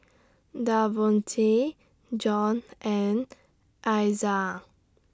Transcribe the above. Davonte John and Iza